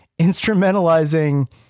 instrumentalizing